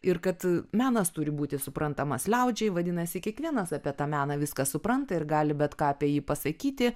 ir kad menas turi būti suprantamas liaudžiai vadinasi kiekvienas apie tą meną viską supranta ir gali bet ką apie jį pasakyti